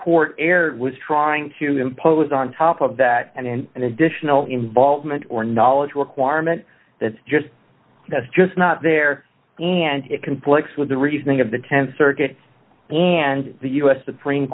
court erred was trying to impose on top of that and an additional involvement or knowledge requirement that's just that's just not there and it conflicts with the reasoning of the th circuit and the u s supreme